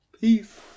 peace